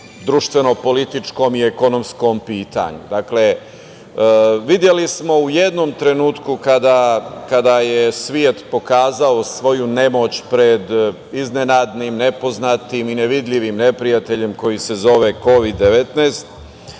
društveno –političkom i ekonomskom pitanju. Dakle, videli smo u jednom trenutku kada je svet pokazao svoju nemoć pred iznenadnim, nepoznatim i nevidljivim neprijateljem koji se zove Kovid 19,